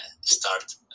start